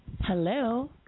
Hello